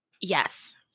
Yes